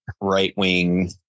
right-wing